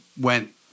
went